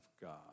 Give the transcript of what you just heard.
God